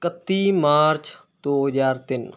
ਕੱਤੀ ਮਾਰਚ ਦੋ ਹਜ਼ਾਰ ਤਿੰਨ